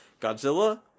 Godzilla